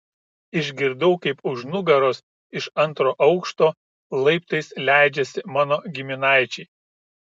išgirdau kaip už nugaros iš antro aukšto laiptais leidžiasi mano giminaičiai